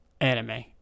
anime